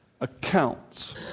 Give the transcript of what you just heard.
accounts